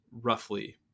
roughly